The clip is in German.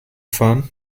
fahren